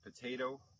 potato